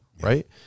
right